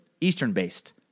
Eastern-based